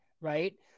right